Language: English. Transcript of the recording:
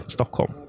Stockholm